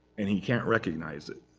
and he can't recognize it.